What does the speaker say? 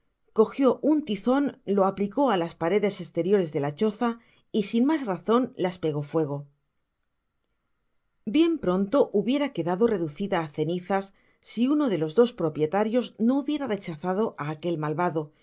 cogió un tizon lo aplicó á las paredes estenores de la choza y sin mas razon las pegó fuego bien pronto hubiera quedado reducida á cenizas si uno de tas dos propietarios no hubiera rechazado á aquel malvado